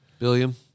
William